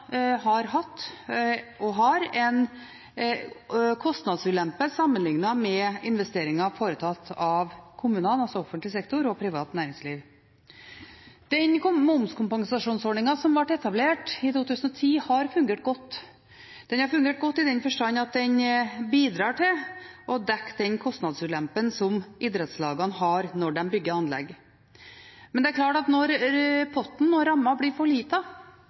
har hatt og har en kostnadsulempe sammenlignet med investeringer foretatt av kommunene, altså offentlig sektor, og privat næringsliv. Den momskompensasjonsordningen som ble etablert i 2010, har fungert godt. Den har fungert godt i den forstand at den bidrar til å dekke den kostnadsulempen som idrettslagene har når de bygger anlegg, men det er klart at når potten og ramma blir for